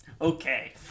Okay